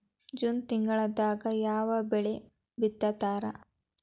June ತಿಂಗಳದಾಗ ಯಾವ ಬೆಳಿ ಬಿತ್ತತಾರ?